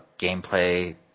gameplay